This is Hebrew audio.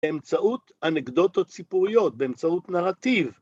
‫באמצעות אנקדוטות סיפוריות, ‫באמצעות נרטיב.